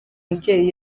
mubyeyi